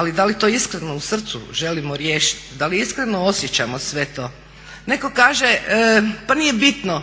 ali da li to iskreno u srcu želimo riješiti, da li iskreno osjećamo sve to? Neko kaže pa nije bitno